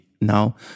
Now